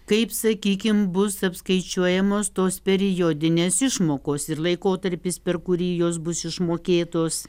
kaip sakykim bus apskaičiuojamos tos periodinės išmokos ir laikotarpis per kurį jos bus išmokėtos